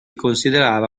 considerava